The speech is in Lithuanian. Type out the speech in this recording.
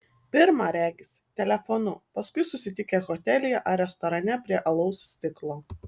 pirma regis telefonu paskui susitikę hotelyje ar restorane prie alaus stiklo